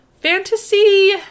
fantasy